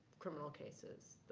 criminal cases.